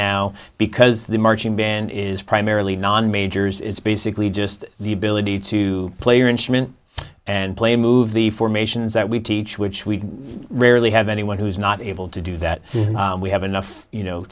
now because the marching band is primarily non majors it's basically just the ability to play your instrument and play move the formations that we teach which we rarely have anyone who's not able to do that we have enough you know